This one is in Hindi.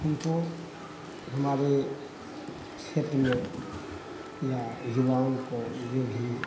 हमको हमारे क्षेत्र में या युवाओं को जो भी